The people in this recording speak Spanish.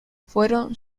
fueron